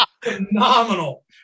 phenomenal